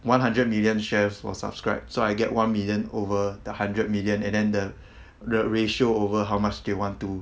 one hundred million shares was subscribed so I get one million over the hundred million and then the the ratio over how much they want to